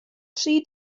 tri